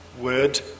word